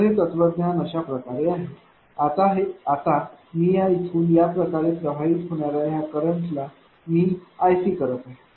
तर हे तत्वज्ञान अशाप्रकारे आहे आता मी या इथून याप्रकारे प्रवाहित होणाऱ्या ह्या करंटला मी iC करत आहे